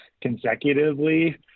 consecutively